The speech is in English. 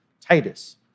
Titus